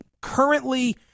currently